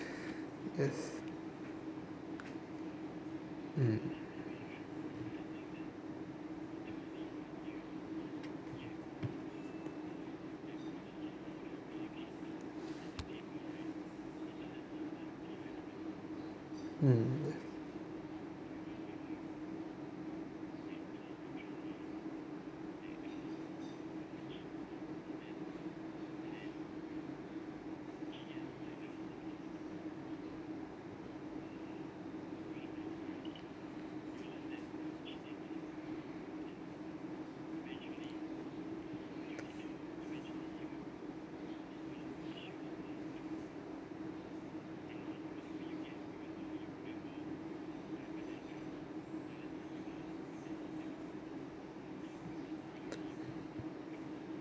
yes mm mm